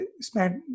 spent